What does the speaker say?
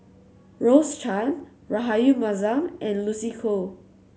Rose Chan Rahayu Mahzam and Lucy Koh